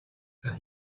and